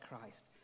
Christ